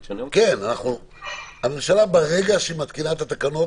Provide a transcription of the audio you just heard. ברגע שהממשלה מתקינה את התקנות,